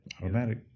Automatic